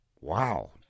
wow